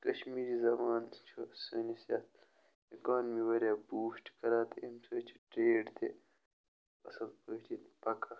کشمیٖری زَبان چھُ سٲنِس یَتھ اِکانمی واریاہ بوٗسٹ کَران تہٕ اَمہِ سۭتۍ چھِ ٹرٛیڈ تہِ اَصٕل پٲٹھۍ ییٚتہِ پَکان